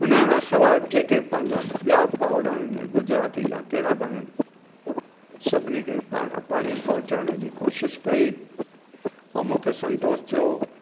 उन जे खां सवाइ जेके पंहिंजा ॿिया भाउर आहिनि गुजराती या कहिड़ा बि आहिनि सभिनी खे पाण पाणी पहुचाइण जी कोशिशि कई ऐं मूंखे संतोष थियो